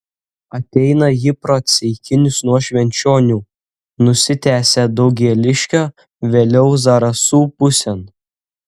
ateina ji pro ceikinius nuo švenčionių nusitęsia daugėliškio vėliau zarasų pusėn